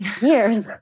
years